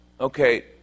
okay